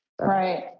Right